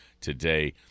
today